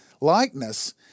likeness